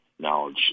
knowledge